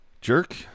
Jerk